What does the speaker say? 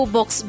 Box